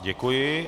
Děkuji.